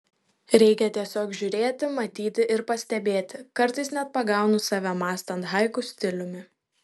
reikia tiesiog žiūrėti matyti ir pastebėti kartais net pagaunu save mąstant haiku stiliumi